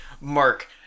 Mark